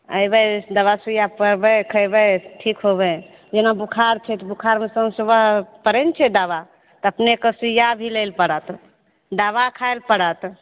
अयबै दवा सुइया पड़बै खइबै ठीक होबै जेना बुखार छै तऽ बुखारमे शाम सुबह पड़ै ने छै दवा तऽ अपनेक सुइया भी लेल पड़त दवा खाइ लए पड़त